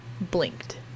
blinked